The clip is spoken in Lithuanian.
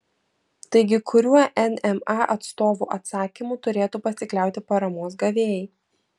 taigi kuriuo nma atstovų atsakymu turėtų pasikliauti paramos gavėjai